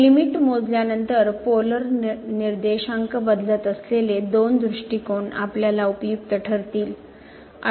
तर लिमिट मोजल्यानंतर पोलर निरदेशांक बदलत असलेले दोन दृष्टिकोन आपलयाला उपयुक्त ठरतील